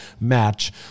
match